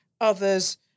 others